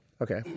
Okay